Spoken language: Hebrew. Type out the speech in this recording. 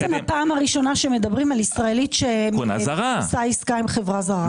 ראשונה שמדברים על ישראלית שעושה עסקה עם חברה זרה.